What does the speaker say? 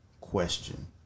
question